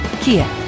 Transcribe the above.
Kia